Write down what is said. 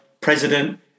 president